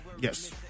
Yes